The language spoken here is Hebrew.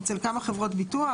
אצל כמה חברות ביטוח.